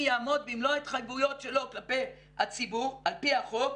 יעמוד במלוא ההתחייבויות שלו כלפי הציבור על פי החוק,